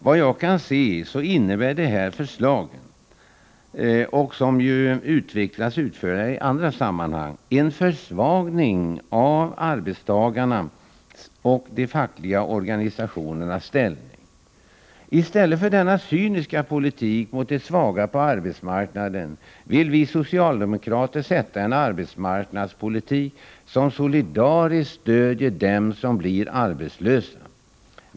Vad jag kan se innebär de här förslagen — som ju utvecklats utförligare i andra sammanhang — en försvagning av arbetstagarnas och de fackliga organisationernas ställning. I stället för denna cyniska politik mot de svaga på arbetsmarknaden vill vi socialdemokrater sätta en arbetsmarknadspolitik som solidariskt stödjer dem som blir arbetslösa.